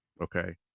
okay